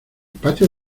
patio